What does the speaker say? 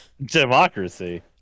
Democracy